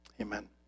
Amen